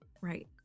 Right